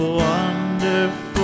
wonderful